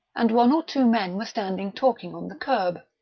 and one or two men were standing talking on the kerb.